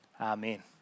Amen